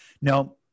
Now